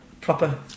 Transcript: proper